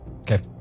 Okay